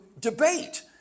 debate